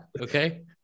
Okay